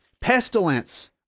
pestilence